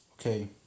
Okay